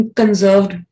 conserved